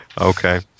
Okay